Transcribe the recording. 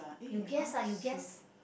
you guess ah you guess